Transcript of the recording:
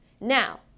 Now